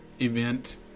event